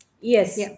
Yes